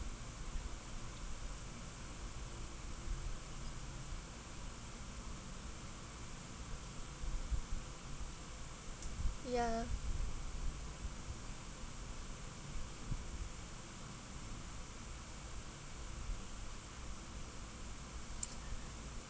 ya